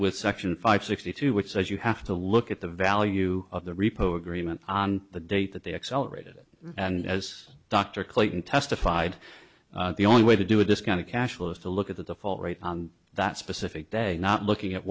with section five sixty two which says you have to look at the value of the repo agreement on the date that they accelerated it and as dr clayton testified the only way to do this kind of cash was to look at the default rate on that specific day not looking at